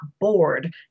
bored